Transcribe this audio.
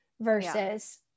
versus